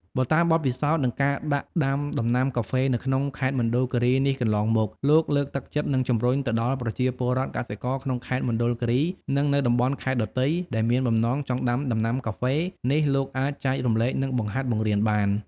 បើតាមបទពិសោធ និងការដាក់ដាំដំណាំកាហ្វេនៅក្នុងខេត្តមណ្ឌលគិរីនេះកន្លងមក លោកលើកទឹកចិត្ត និងជំរុញទៅដល់ប្រជាពលរដ្ឋ កសិករក្នុងខេត្តមណ្ឌលគិរី និងនៅតំបន់ខេត្តដ៏ទៃ ដែលមានបំណងចង់ដាំដំណាំកាហ្វេនេះលោកអាចចែករំលែក និងបង្ហាត់បង្រៀនបាន។